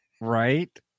Right